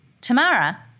Tamara